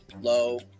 low